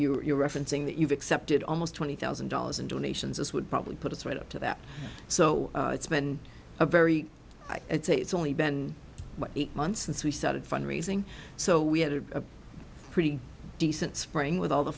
you're referencing that you've accepted almost twenty thousand dollars in donations as would probably put us right up to that so it's been a very it's a it's only been eight months since we started fund raising so we had a pretty decent spring with all